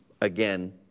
again